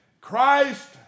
Christ